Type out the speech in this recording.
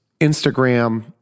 Instagram